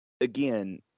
again